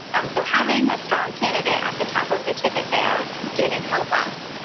and so having a strong candidate at the top of the ticket there didn't help us.